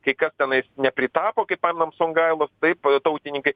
kai kas tenaid nepritapo kaip paimam songailą taip tautininkai